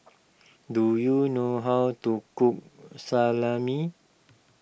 do you know how to cook Salami